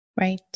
Right